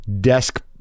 desk